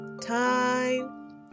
time